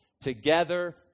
together